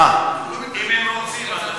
מי שבעד, אנחנו נגד, רוצים ועדה.